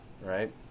right